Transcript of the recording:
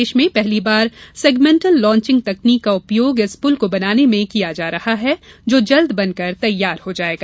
प्रदेश में पहली बार सेगमेंटल लॉन्चिंग तकनीक का उपयोग इस पुल को बनाने में किया जा रहा है जो जल्द बनकर तैयार हो जाएगा